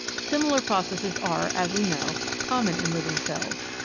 similar processes are, as we know, common in living cells.